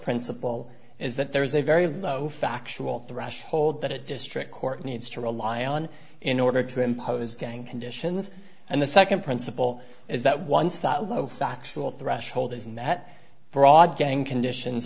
principle is that there is a very factual the rush hold that it district court needs to rely on in order to impose gang conditions and the second principle is that once that low factual threshold is in that broad gang conditions